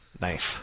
Nice